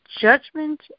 judgment